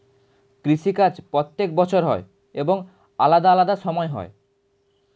কৃষি কাজ প্রত্যেক বছর হয় এবং আলাদা আলাদা সময় হয়